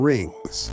Rings